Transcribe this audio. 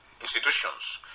institutions